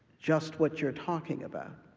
just what you're talking about.